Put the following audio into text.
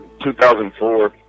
2004